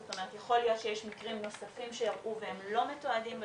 יכול להיות שיש מקרים נוספים שאירעו והם לא מתועדים.